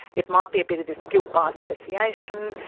it might be a bit of this guilt by association,